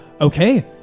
Okay